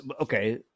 okay